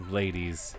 ladies